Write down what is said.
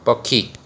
ପକ୍ଷୀ